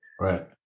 right